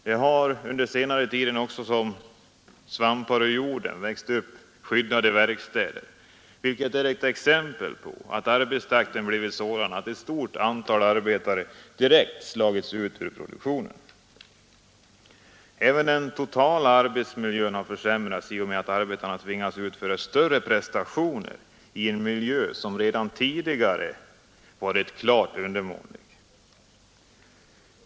Det har under senare tiden också som svampar ur jorden växt upp skyddade verkstäder, vilket är ett exempel på att arbetstakten blivit sådan att ett stort antal arbetare direkt slagits ut ur produktionen. Även den totala arbetsmiljön har försämrats i och med att arbetarna tvingas utföra större prestationer i en miljö som redan tidigare varit klart undermålig.